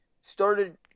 started